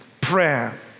prayer